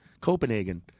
Copenhagen